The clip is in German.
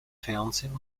fernsehen